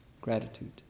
gratitude